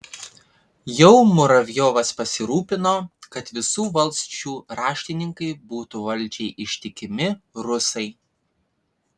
jau muravjovas pasirūpino kad visų valsčių raštininkai būtų valdžiai ištikimi rusai